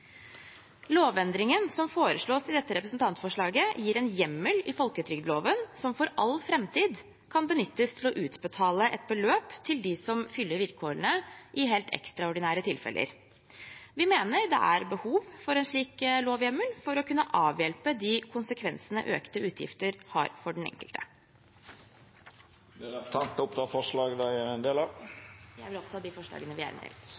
Lovendringen som foreslås i dette representantforslaget, gir en hjemmel i folketrygdloven som for all framtid kan benyttes til å utbetale et beløp til dem som fyller vilkårene i helt ekstraordinære tilfeller. Vi mener det er behov for en slik lovhjemmel for å kunne avhjelpe de konsekvensene økte utgifter har for den enkelte. Jeg tar til slutt opp det forslaget Høyre er en del av.